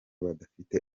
badafite